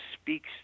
speaks